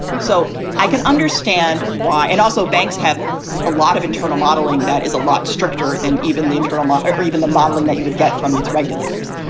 so i can understand why. and also, banks have a lot of internal modeling that is a lot stricter than even the internal market or even the modelling that you would get from the regulators.